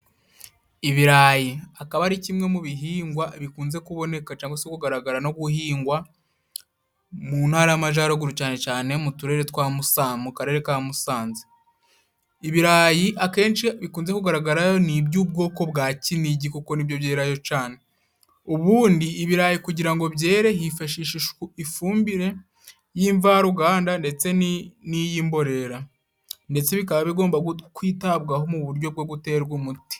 Ibirayi, akaba ari kimwe mu bihingwa bikunze kuboneka, cangwa se kugaragara no guhingwa mu Ntara y'Amajaruguru, cane cane mu turere twa musa, mu karere ka Musanze. Ibirayi akenshi bikunze kugaragarayo ni iby'ubwoko bwa Kinigi, kuko ni byo byerayo cane. Ubundi, ibirayi kugira ngo byere, hifashishwa ifumbire y'imvaruganda, ndetse n'iy'imborera, ndetse bikaba bigomba kwitabwaho mu buryo bwo guterwa umuti.